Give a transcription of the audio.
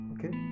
Okay